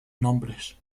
nombres